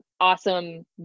awesome